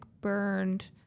burned